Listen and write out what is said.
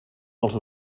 els